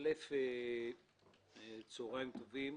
צוהריים טובים.